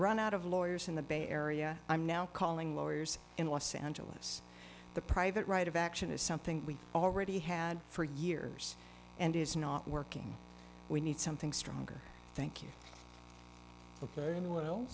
run out of lawyers in the bay area i'm now calling lawyers in los angeles the private right of action is something we've already had for years and is not working we need something stronger thank you